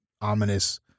ominous